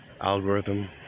algorithm